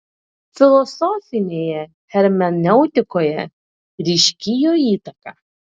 filosofinėje hermeneutikoje ryški jo įtaka